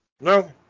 No